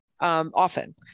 often